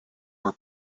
were